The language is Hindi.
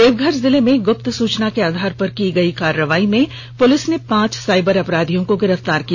देवघर जिले में गुप्त सूचना के आधार पर की गई कार्रवाई में पुलिस ने पांच साईबर अपराधियों को गिरफ्तार किया